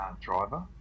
driver